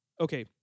okay